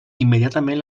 immediatament